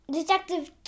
Detective